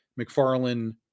McFarlane